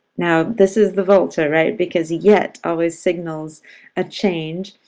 now this is the volta, right? because yet always signals a change.